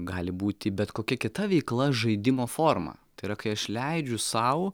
gali būti bet kokia kita veikla žaidimo forma tai yra kai aš leidžiu sau